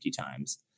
times